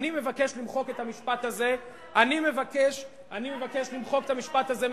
אני מבקש למחוק את המשפט הזה.